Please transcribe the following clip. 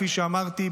כפי שאמרתי,